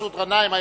מסעוד גנאים,